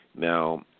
Now